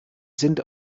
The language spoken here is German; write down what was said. sind